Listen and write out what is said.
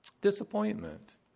disappointment